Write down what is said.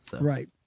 right